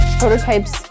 Prototypes